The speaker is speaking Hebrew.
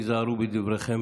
היזהרו בדבריכם,